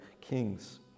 kings